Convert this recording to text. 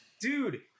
Dude